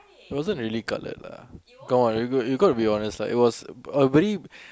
it wasn't really coloured lah got you got to be honest lah it was a very